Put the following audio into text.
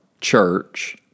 church